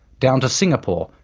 down to singapore,